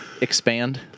expand